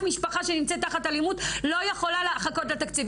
משפחה שנמצאת תחת אלימות לא יכולה לחכות לתקציב.